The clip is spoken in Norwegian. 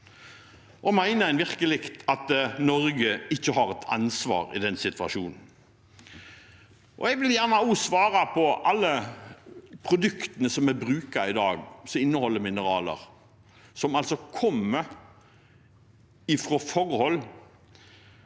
Og mener en virkelig at Norge ikke har et ansvar i denne situasjonen? Jeg vil også gjerne ha svar om alle produktene som vi bruker i dag, som inneholder mineraler, som altså kommer fra forhold